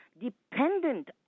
dependent